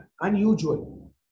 unusual